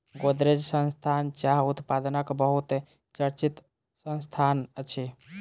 गोदरेज संस्थान चाह उत्पादनक बहुत चर्चित संस्थान अछि